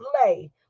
play